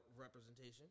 representation